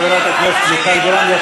לא נקלטה הצבעתה של חברת הכנסת מיכל בירן.